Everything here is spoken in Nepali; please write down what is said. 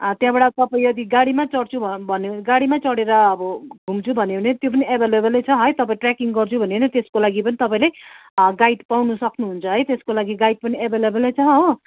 त्यहाँबाट तपाईँ यदि गाडीमा चढ्छु भन्ने गाडीमै चढेर अब घुम्छु भन्यो भने त्यो पनि एभाएलेबलै छ है तपाईँ ट्रेकिङ गर्छु भन्ने हो भने त्यसको लागि पनि तपाईँले गाइड पाउनु सक्नुहुन्छ है त्यसको लागि गाइड पनि एभाएलेबलै छ हो